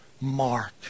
Mark